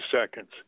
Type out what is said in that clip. seconds